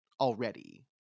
already